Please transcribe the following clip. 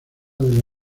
del